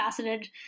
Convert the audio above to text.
multifaceted